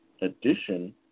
addition